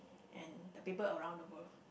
and the people around the world